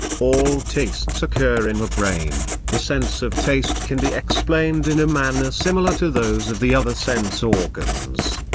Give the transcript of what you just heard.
all tastes occur in the brain the sense of taste can be explained in a manner similar to those of the other sense organs.